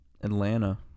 Atlanta